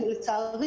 לצערי,